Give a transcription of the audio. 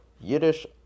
Yiddish